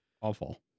Awful